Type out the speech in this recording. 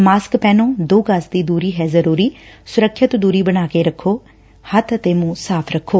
mask ਪਹਿਨੋ ਦੋ ਗਜ਼ ਦੀ ਦੂਰੀ ਹੈ ਜ਼ਰੂਰੀ ਸੁਰੱਖਿਅਤ ਦੂਰੀ ਬਣਾ ਕੇ ਰਖੋ ਹੱਬ ਅਤੇ ਮੁੰਹ ਸਾਫ਼ ਰੱਖੋ